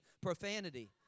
profanity